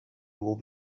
will